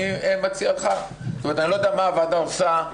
אני לא יודע מה הוועדה עושה.